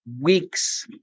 weeks